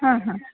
ಹಾಂ ಹಾಂ